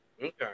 Okay